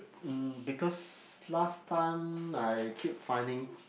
mm because last time I keep finding